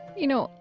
you know,